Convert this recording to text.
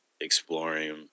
exploring